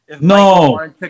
No